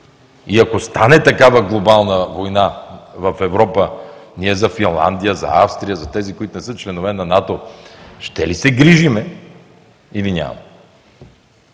И ако стане такава глобална война в Европа, ние за Финландия, за Австрия, за тези, които не са членове на НАТО, ще ли се грижим, или няма?